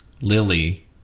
Lily